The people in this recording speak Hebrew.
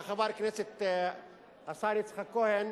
וחבר הכנסת השר יצחק כהן,